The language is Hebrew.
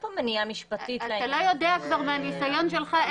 אתה לא יודע מהניסיון שלך?